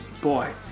Boy